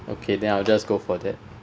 okay then I'll just go for that